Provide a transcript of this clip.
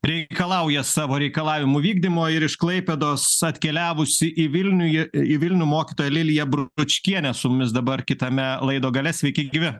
reikalauja savo reikalavimų vykdymo ir iš klaipėdos atkeliavusi į vilniuje į vilnių mokytoja lilija bručkienė su mumis dabar kitame laido gale sveiki gyvi